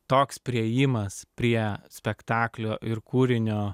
toks priėjimas prie spektaklio ir kūrinio